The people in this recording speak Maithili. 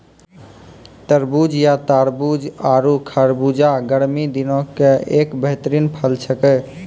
तरबूज या तारबूज आरो खरबूजा गर्मी दिनों के एक बेहतरीन फल छेकै